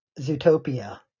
Zootopia